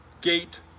gate